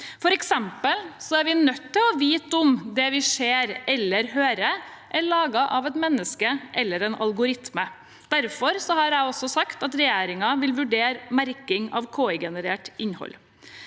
god måte. Vi er f.eks. nødt til å vite om det vi ser eller hø rer, er laget av et menneske eller en algoritme. Derfor har jeg sagt at regjeringen vil vurdere merking av KI-generert innhold.